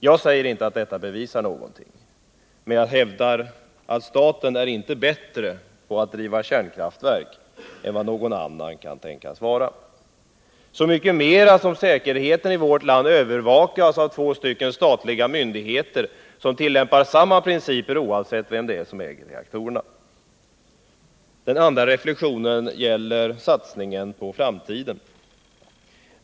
Jag säger inte att detta bevisar att enskilt ägda kärnkraftverk är säkrare än statliga, men jag hävdar att staten inte är bättre att driva kärnkraftverk än vad någon annan kan tänkas vara — så mycket mer som säkerheten i vårt land övervakas av två statliga myndigheter, som tillämpar samma principer oavsett vem som äger reaktorerna. Den andra reflexionen gäller satsningen på framtiden.